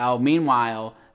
meanwhile